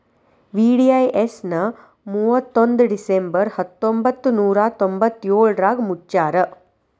VDIS ನ ಮುವತ್ತೊಂದ್ December ಹತ್ತೊಂಬತ್ ನೂರಾ ತೊಂಬತ್ತಯೋಳ್ರಾಗ ಮುಚ್ಚ್ಯಾರ